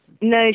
No